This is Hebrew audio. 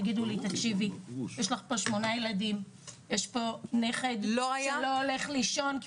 יראו שיש שמונה ילדים ונכד שלא הולך לישון כי